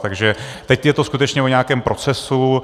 Takže teď je to skutečně o nějakém procesu.